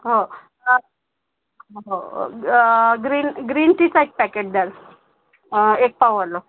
हो हो green tea green टीचं एक पॅकेट द्याल एक पाववालं